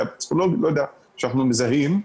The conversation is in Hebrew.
בעיה פסיכולוגית שאנחנו מזהים,